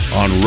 on